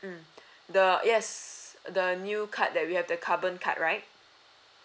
mm the yes the new card that we have the carbon card right